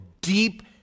deep